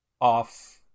off